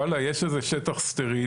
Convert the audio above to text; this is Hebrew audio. ואללה יש איזה שטח סטרילי,